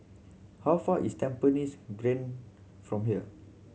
how far is Tampines Grande from here